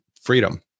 freedom